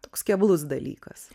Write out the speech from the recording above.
toks keblus dalykas